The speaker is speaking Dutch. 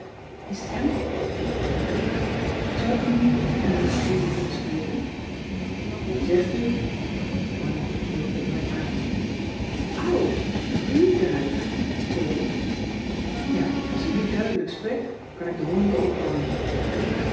is t hem vroeg connie zou ik mijnheer ru duyf even kunnen spreken wie zegt u connie kneep me in mijn arm au rù duyf gilde ik ja als u niet duidelijk spreekt kan ik den hoorn wel ophangen